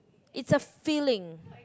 it's a feeling